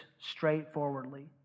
straightforwardly